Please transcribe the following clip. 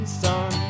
sun